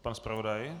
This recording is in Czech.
Pan zpravodaj?